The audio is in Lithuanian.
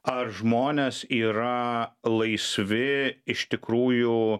ar žmonės yra laisvi iš tikrųjų